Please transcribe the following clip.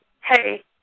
Hey